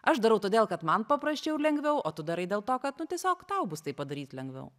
aš darau todėl kad man paprasčiau ir lengviau o tu darai dėl to kad nu tiesiog tau bus tai padaryt lengviau